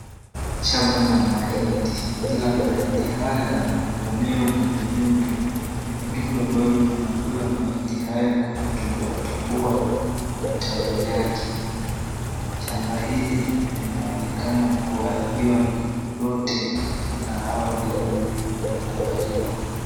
Shamba la mahindi ila mahindi haya yamevamiwa na vidudu. Vidudu ambavyo vinakula mahindi haya kwa kutoboatoboa matawi yake. Shamba hili linaonekana kuharibiwa lote na hawa vidudu wa kuharibu.